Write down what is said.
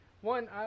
one